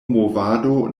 movado